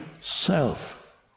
self